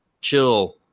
chill